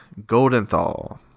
Goldenthal